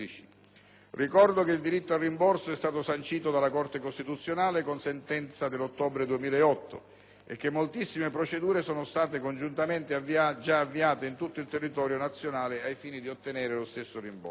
Ricordo che il diritto al rimborso è stato sancito dalla Corte costituzionale con sentenza dell'ottobre 2008 e che moltissime procedure sono state congiuntamente già avviate in tutto il territorio nazionale ai fini di ottenere lo stesso rimborso.